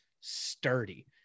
sturdy